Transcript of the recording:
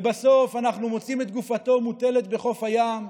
ובסוף אנחנו מוצאים את גופתו מוטלת בחוף הים,